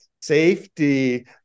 safety